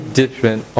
different